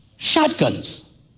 Shotguns